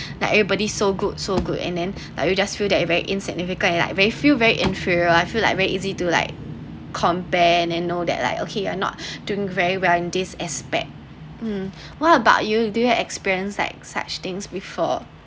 like everybody's so good so good and then like you just feel that very insignificant it like very feel very inferior I feel like very easy to like compare and and know that like okay you're not doing very well in this aspect um what about you do you have experience like such things before